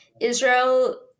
Israel